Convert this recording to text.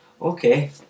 Okay